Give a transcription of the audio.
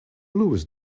louis